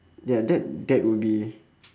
ya that that would be